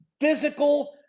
physical